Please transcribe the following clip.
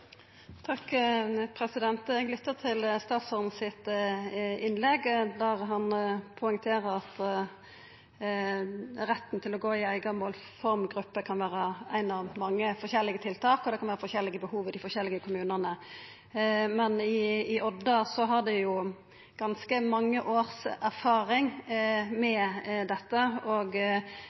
til statsråden der han poengterte at retten til å gå i ei eiga målformgruppe kan vera eitt av mange forskjellige tiltak, og det kan vera forskjellige behov i dei forskjellige kommunane. I Odda har dei ganske mange års erfaring med dette, og